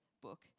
book